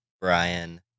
Brian